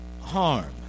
harm